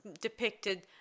depicted